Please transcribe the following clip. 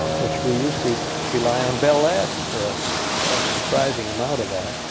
which we used to rely on bell labs for a surprising amount of that.